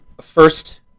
first